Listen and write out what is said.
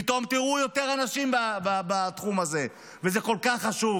פתאום תראו יותר אנשים בתחום הזה, וזה כל כך חשוב,